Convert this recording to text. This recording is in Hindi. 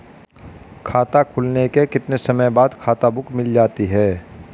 खाता खुलने के कितने समय बाद खाता बुक मिल जाती है?